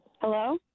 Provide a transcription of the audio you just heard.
Hello